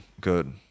good